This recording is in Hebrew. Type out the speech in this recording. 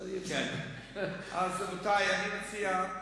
אלה התוכניות.